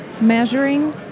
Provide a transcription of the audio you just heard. Measuring